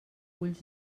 ulls